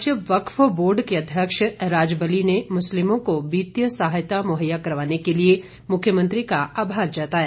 राज्य वक्फ बोर्ड के अध्यक्ष राजबली ने मुस्लिमों को वित्तीय सहायता मुहैया करवाने के लिए मुख्यमंत्री का आभार जताया